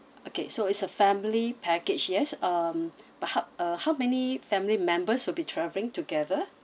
okay so it's a family package yes um but how uh how many family members will be travelling together